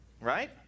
Right